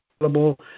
available